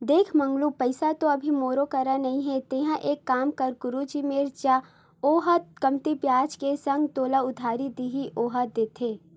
देख मंगलू पइसा तो अभी मोरो करा नइ हे तेंहा एक काम कर गुरुजी मेर जा ओहा कमती बियाज के संग तोला उधारी दिही ओहा देथे